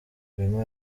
wema